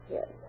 Yes